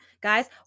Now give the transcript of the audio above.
guys